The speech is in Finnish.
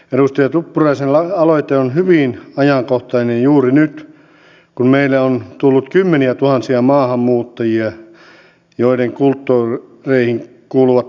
edustaja tuppuraisen aloite on hyvin ajankohtainen juuri nyt kun meille on tullut kymmeniä tuhansia maahanmuuttajia joiden kulttuureihin kuuluvat lapsivaimot